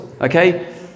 okay